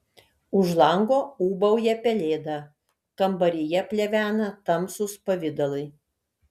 už lango ūbauja pelėda kambaryje plevena tamsūs pavidalai